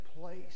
place